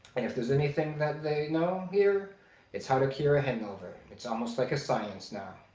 and if there's anything that they know here it's how to cure a hangover it's almost like a science now.